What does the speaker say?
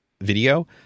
video